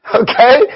okay